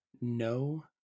No